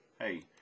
hey